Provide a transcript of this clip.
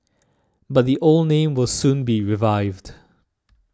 but the old name will soon be revived